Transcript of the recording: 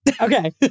Okay